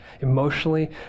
emotionally